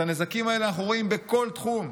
את הנזקים האלה אנחנו רואים בכל תחום,